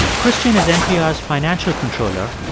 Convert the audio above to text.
christian is npr's financial controller.